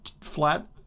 flat